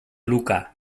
lucca